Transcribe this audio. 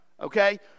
Okay